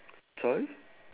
sorry